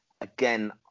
again